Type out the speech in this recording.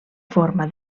forma